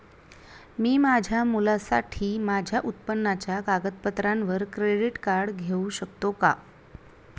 मी माझ्या मुलासाठी माझ्या उत्पन्नाच्या कागदपत्रांवर क्रेडिट कार्ड घेऊ शकतो का?